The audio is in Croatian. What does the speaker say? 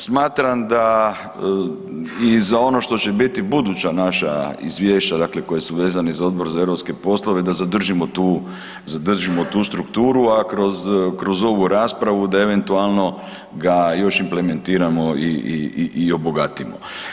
Smatram da i za ono što će biti buduća naša izvješća, dakle koja su vezana za Odbor za europske poslove da zadržimo tu strukturu, a kroz ovu raspravu da ga eventualno još implementiramo i obogatimo.